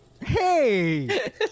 Hey